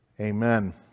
Amen